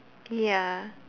ya